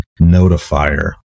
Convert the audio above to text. notifier